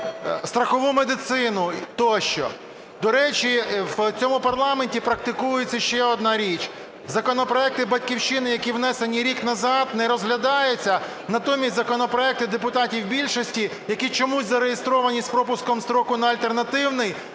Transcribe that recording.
страхову медицину тощо. До речі, в цьому парламенті практикується ще одна річ. Законопроекти "Батьківщини", які внесені рік назад, не розглядаються, натомість законопроекти депутатів більшості, які чомусь зареєстровані з пропуском строку на альтернативний,